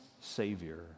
savior